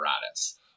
apparatus